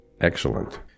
excellent